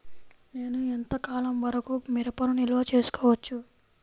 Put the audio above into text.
నేను ఎంత కాలం వరకు మిరపను నిల్వ చేసుకోవచ్చు?